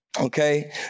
Okay